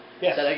Yes